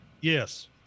Yes